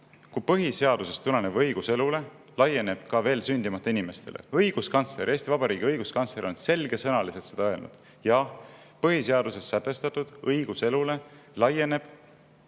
kui põhiseadusest tulenev õigus elule laieneb ka veel sündimata inimestele. Õiguskantsler, Eesti Vabariigi õiguskantsler on selgesõnaliselt öelnud seda: jah, põhiseaduses sätestatud õigus elule laieneb